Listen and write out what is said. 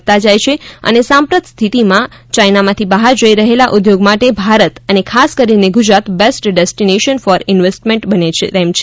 વધતા જાય છે અને સાંપ્રત સ્થિતીમાં યાયનામાંથી બહાર જઇ રહેલા ઉદ્યોગો માટે ભારત અને ખાસ કરીને Gujarat best destination for investment બને તેમ છે